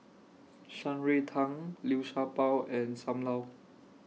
Shan Rui Tang Liu Sha Bao and SAM Lau